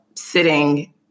sitting